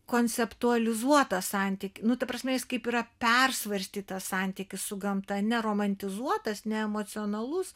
konceptualizuotas santykių nu ta prasme jis kaip yra persvarstytas santykis su gamta ne romantizuotas ne emocionalus